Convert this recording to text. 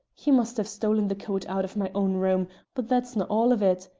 he must have stolen the coat out of my own room but that's no' all of it,